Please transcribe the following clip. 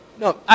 No